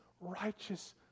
righteous